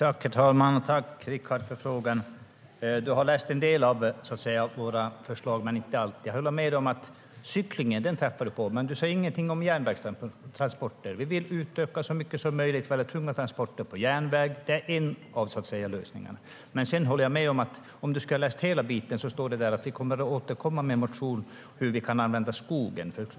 Herr talman! Jag tackar Rickard för frågan. Du har läst en del av våra förslag, men inte alla. Jag håller med dig om cyklingen. Den träffade du på. Men du säger ingenting om järnvägstransporter. Vi vill utöka våra tunga transporter på järnväg så mycket som möjligt. Det är en av lösningarna. Sedan håller jag med dig; om du skulle ha läst hela biten skulle du ha sett att vi kommer att återkomma med en motion om hur vi kan använda skogen.